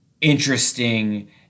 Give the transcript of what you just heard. interesting